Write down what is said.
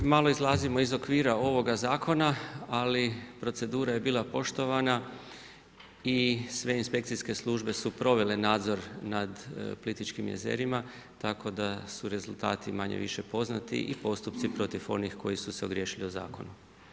Malo izlazimo iz okvira ovoga zakona ali procedura je bila poštovana i sve inspekcijske službe su provele nadzor nad Plitvičkim jezerima tako da su rezultati manje/više poznati i postupci protiv onih koji su se ogriješili o zakon.